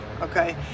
okay